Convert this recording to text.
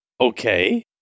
okay